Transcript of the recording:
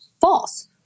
false